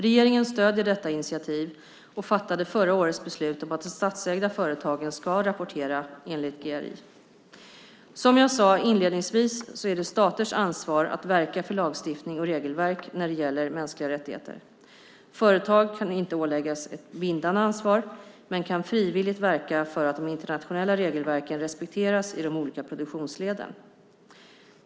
Regeringen stöder detta initiativ, och fattade förra året beslut om att de statsägda företagen ska rapportera enligt GRI. Som jag sade inledningsvis är det staters ansvar att verka för lagstiftning och regelverk när det gäller mänskliga rättigheter. Företag kan inte åläggas ett bindande ansvar men kan frivilligt verka för att de internationella regelverken respekteras i de olika produktionsleden.